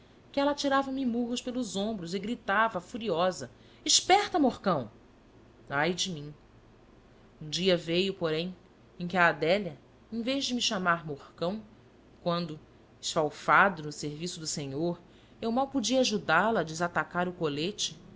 que ela atiravame murros pelos ombros e gritava furiosa esperta morcão ai de mim um dia veio porém em que a adélia em vez de me chamar morcão quando esfalfado no serviço do senhor eu mal podia ajudá-la a desatacar o colete